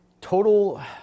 Total